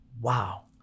wow